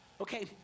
Okay